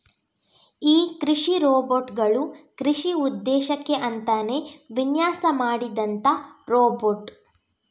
ಈ ಕೃಷಿ ರೋಬೋಟ್ ಗಳು ಕೃಷಿ ಉದ್ದೇಶಕ್ಕೆ ಅಂತಾನೇ ವಿನ್ಯಾಸ ಮಾಡಿದಂತ ರೋಬೋಟ್